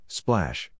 splash